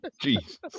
Jesus